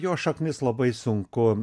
jo šaknis labai sunku